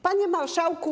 Panie Marszałku!